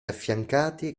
affiancati